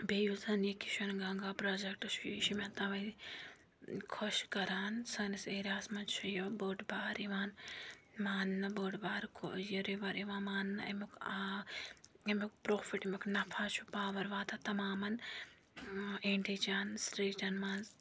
بیٚیہِ یُس زَن یہِ کِشَن گنگا پروجَکٹ چھُ یہِ چھُ مےٚ تَوَے خۄش کَران سٲنِس ایریاہَس منٛز چھُ یہِ بٔڑۍ بار یِوان ماننہٕ بٔڑۍ بار یہِ رِوَر یِوان ماننہٕ اَمیُک آ اَمیُک پرٛوفِٹ اَمیُک نَفع چھُ پاوَر واتان تَمامَن اِنڈیچَن سِٹریٖٹَن منٛز